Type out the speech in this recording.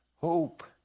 hope